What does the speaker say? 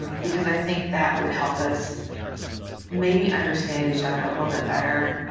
um because i think that would help us maybe understand each other a little bit better.